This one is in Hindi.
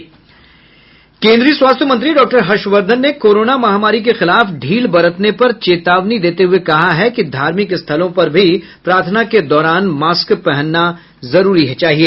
केन्द्रीय स्वास्थ्य मंत्री डॉक्टर हर्षवर्धन ने कोरोना महामारी के खिलाफ ढील बरतने पर चेतावनी देते हुए कहा है कि धार्मिक स्थलों पर प्रार्थना के दौरान भी मास्क पहनने चाहिए